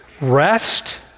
rest